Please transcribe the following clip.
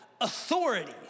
authority